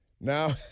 Now